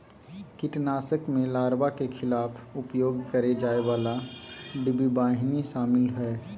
कीटनाशक में लार्वा के खिलाफ उपयोग करेय जाय वाला डिंबवाहिनी शामिल हइ